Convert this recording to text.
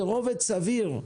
זה רובד סביר,